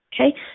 okay